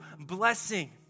blessing